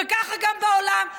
וכך גם בעולם,